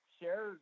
Share